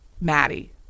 Maddie